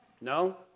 No